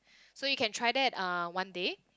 so you can try that uh one day